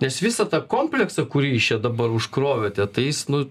nes visą tą kompleksą kurį jūs čia dabar užkrovėte tais nu